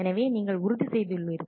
எனவே நீங்கள் உறுதி செய்துள்ளீர்கள்